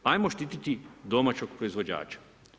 Ajmo štititi domaćeg proizvođača.